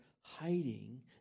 hiding